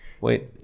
Wait